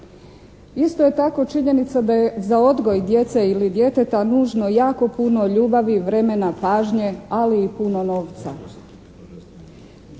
Isto je tako činjenica da je za odgoj djece ili djeteta nužno jako puno ljubavi, vremena, pažnje, ali i puno novca.